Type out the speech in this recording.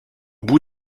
bout